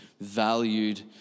valued